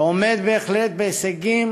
ועומד בהחלט בהישגים